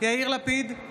יאיר לפיד,